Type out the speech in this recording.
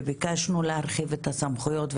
וביקשנו להרחיב את הסמכויות.